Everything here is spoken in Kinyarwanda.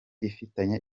ifitanye